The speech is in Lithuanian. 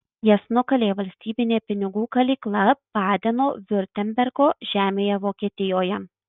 jas nukalė valstybinė pinigų kalykla badeno viurtembergo žemėje vokietijoje